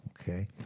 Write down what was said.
okay